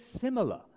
similar